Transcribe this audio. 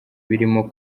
birimo